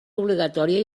obligatòria